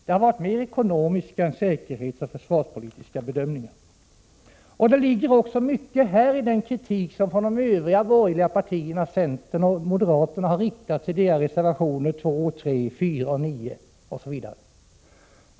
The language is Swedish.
Det har således mera rört sig om ekonomiska än om försvarspolitiska och säkerhetspolitiska bedömningar. Härvidlag ligger det mycket i den kritik som ett par av de borgerliga partierna —- centern och moderaterna — har framfört bl.a. i sina reservationer 2, 3, 4 och 9.